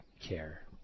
care